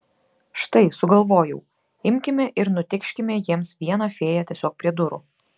štai sugalvojau imkime ir nutėkškime jiems vieną fėją tiesiog prie durų